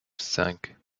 cinq